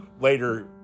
later